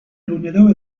egunero